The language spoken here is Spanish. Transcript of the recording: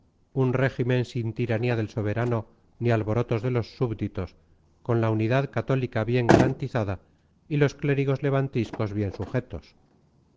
un régimen sin tiranía del soberano ni alborotos de los súbditos con la unidad católica bien garantizada y los clérigos levantiscos bien sujetos